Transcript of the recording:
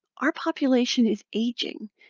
our population is aging.